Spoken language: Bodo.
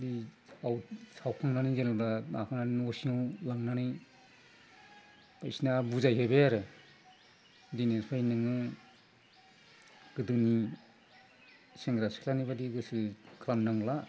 बे आवथि सावखांनानै जेनेबा माबानानै न' सिङाव लांनानै बायदिसिना बुजायहैबाय आरो दिनैनिफ्राय नोङो गोदोनि सेंग्रा सिख्लानि बायदि गोसो खालामनो नांला